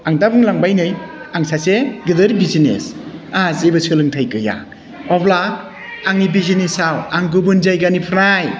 आं दा बुंलांबाय नै आं सासे गोदेर बिजनेस आंहा जेबो सोलोंथाइ गैया अब्ला आंनि बिजनेसआव आं गुबुन जायगानिफ्राय